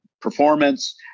performance